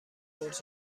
برج